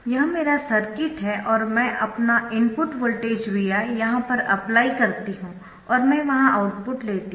यह मेरा सर्किट है और मैं अपना इनपुट वोल्टेज Vi यहां पर अप्लाई करती हूं और मैं वहां आउटपुट लेती हूं